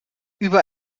über